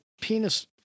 penis